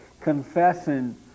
confessing